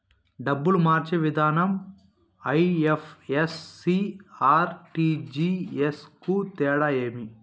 డబ్బులు మార్చే విధానం ఐ.ఎఫ్.ఎస్.సి, ఆర్.టి.జి.ఎస్ కు తేడా ఏమి?